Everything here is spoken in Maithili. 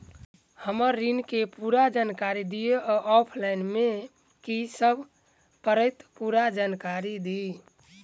हम्मर ऋण केँ पूरा जानकारी दिय आ ऑफलाइन मे की सब करऽ पड़तै पूरा जानकारी दिय?